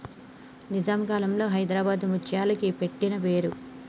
నిజాం కాలంలో హైదరాబాద్ ముత్యాలకి పెట్టిన పేరు